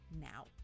now